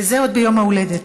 וזה עוד ביום ההולדת.